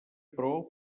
però